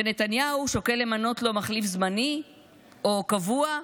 ונתניהו שוקל למנות לו מחליף זמני או קבוע.